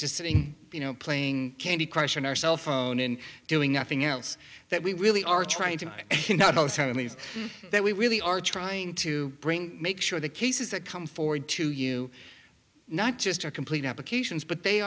just sitting you know playing candy crush on our cell phone and doing nothing else that we really are trying to might not also mean that we really are trying to bring make sure the cases that come forward to you not just are complete applications but they